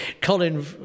colin